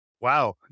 Wow